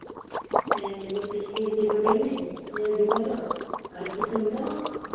ᱦᱮᱸ ᱢᱤᱫᱴᱮᱱ ᱰᱤᱵᱟᱹ ᱰᱤ ᱨᱤᱱᱤᱡ ᱰᱤᱵᱟᱹ ᱫᱚ ᱟᱨ ᱠᱤᱥᱩᱱ ᱫᱚ